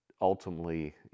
ultimately